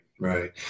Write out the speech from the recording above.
right